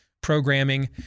programming